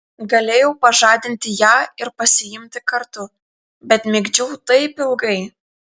galėjau pažadinti ją ir pasiimti kartu bet migdžiau taip ilgai